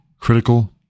critical